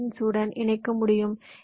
B பின்ஸ்உடன் இணைக்க முடியும்